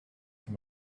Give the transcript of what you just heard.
voor